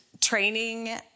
training